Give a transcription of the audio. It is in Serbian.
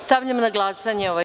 Stavljam na glasanje ovaj